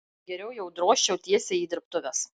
geriau jau drožčiau tiesiai į dirbtuves